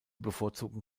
bevorzugen